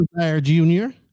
Junior